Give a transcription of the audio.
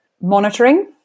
monitoring